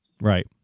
Right